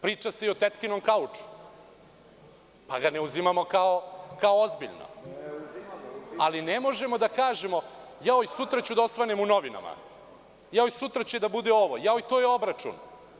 Priča se i o tetkinom kauču, pa ga ne uzimamo kao ozbiljno, ali ne možemo da kažemo – jao sutra ću da osvanem u novinama, sutra će da bude ovo, sutra će da bude ono, jao to je obračun.